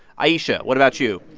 ayesha, what about you?